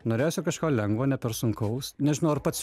norėjosi kažko lengvo ne per sunkaus nežinau ar pats